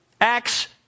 Acts